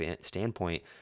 standpoint